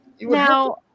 Now